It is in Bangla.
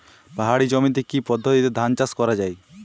পাহাড়ী জমিতে কি পদ্ধতিতে ধান চাষ করা যায়?